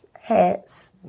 hats